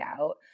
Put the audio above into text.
out